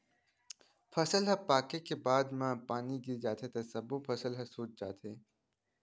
फसल ह पाके के बाद म पानी गिर जाथे त सब्बो फसल ह सूत जाथे